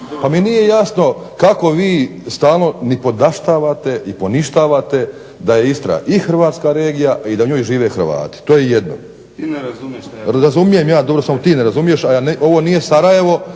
Pa mi nije jasno kako vi stalno …/Ne razumije se./… i poništavate da je Istra i hrvatska regija, i da u njoj žive Hrvati. To je jedno. …/Upadica se ne razumije./… Razumijem ja dobro, samo ti razumiješ, a ovo nije Sarajevo